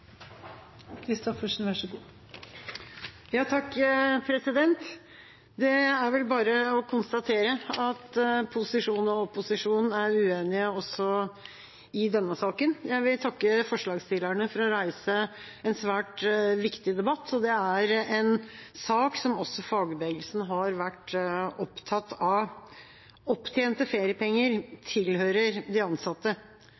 vel bare å konstatere at posisjon og opposisjon er uenige også i denne saken. Jeg vil takke forslagsstillerne for å reise en svært viktig debatt. Det er en sak som også fagbevegelsen har vært opptatt av. Opptjente feriepenger